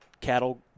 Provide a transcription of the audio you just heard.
cattle